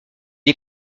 est